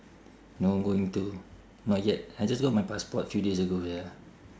no going to not yet I just got my passport few days ago ya